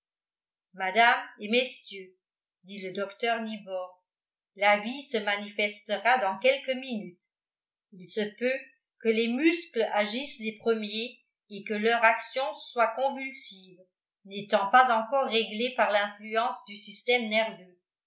madame et messieurs dit le docteur nibor la vie se manifestera dans quelques minutes il se peut que les muscles agissent les premiers et que leur action soit convulsive n'étant pas encore réglée par l'influence du système nerveux